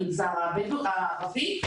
למגזר הערבי,